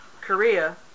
Korea